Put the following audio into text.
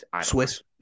Swiss